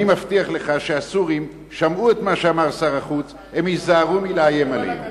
אני מבטיח לך שהסורים שמעו את מה שאמר שר החוץ והם ייזהרו מלאיים עלינו.